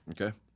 Okay